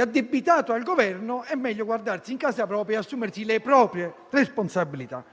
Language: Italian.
addebitato al Governo, è meglio guardarsi in casa propria e assumersi le proprie responsabilità.